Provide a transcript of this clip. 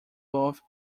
both